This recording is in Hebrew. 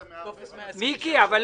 עזוב, הוא לא